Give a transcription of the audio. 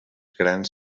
grans